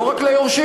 לא רק ליורשים,